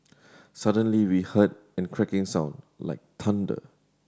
suddenly we heard an cracking sound like thunder